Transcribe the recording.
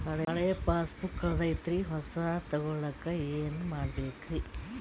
ಹಳೆ ಪಾಸ್ಬುಕ್ ಕಲ್ದೈತ್ರಿ ಹೊಸದ ತಗೊಳಕ್ ಏನ್ ಮಾಡ್ಬೇಕರಿ?